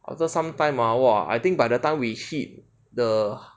after some time ah !wah! I think by the time we hit the